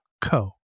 co